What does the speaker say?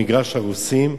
למגרש-הרוסים,